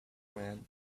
men